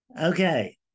Okay